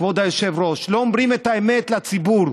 כבוד היושב-ראש, לא אומרים את האמת לציבור.